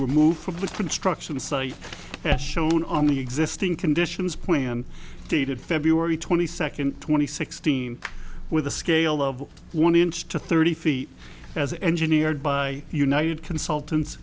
removed from the construction site shown on the existing conditions planned dated feb twenty second twenty sixteen with a scale of one inch to thirty feet as engineered by united consultants